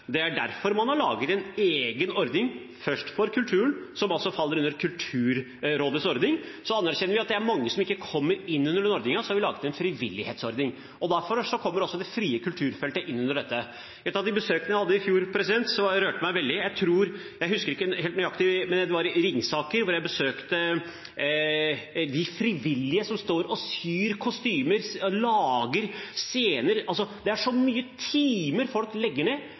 Det er derfor man har laget en egen ordning først for kulturen, som faller inn under Kulturrådets ordning. Så anerkjenner vi at det er mange som ikke kommer inn under den ordningen, og har laget en frivillighetsordning. Det frie kulturfeltet kommer inn under dette. Et av besøkene jeg hadde i fjor, som rørte meg veldig – jeg husker ikke helt nøyaktig – var i Ringsaker, hvor jeg besøkte frivillige som syr kostymer og lager scener. Det er mange timer frivillige legger ned